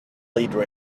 leader